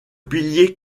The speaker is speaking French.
pilier